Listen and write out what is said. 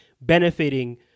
benefiting